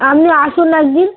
আপনি আসুন একদিন